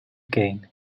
gain